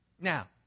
Now